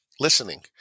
Listening